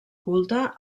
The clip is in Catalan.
culte